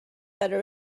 better